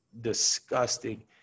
disgusting